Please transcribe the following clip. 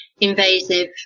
invasive